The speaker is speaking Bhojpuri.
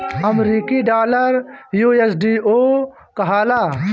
अमरीकी डॉलर यू.एस.डी.ओ कहाला